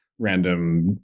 random